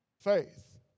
faith